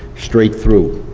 straight through.